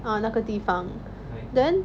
oh 那个地方 then